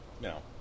no